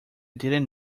didn’t